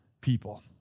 people